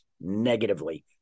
negatively